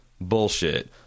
bullshit